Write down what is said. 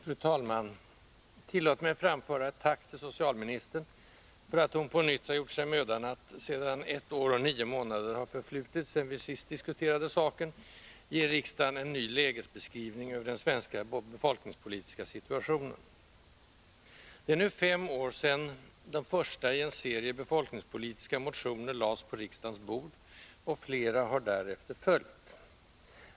Fru talman! Tillåt mig framföra ett tack till socialministern för att hon på nytt har gjort sig mödan att — sedan ett år och nio månader har förflutit efter det att vi senast diskuterade saken — ge riksdagen en lägesbeskrivning över den svenska befolkningspolitiska situationen. Det är nu fem år sedan de första i en serie befolkningspolitiska motioner lades på riksdagens bord, och flera har därefter följt.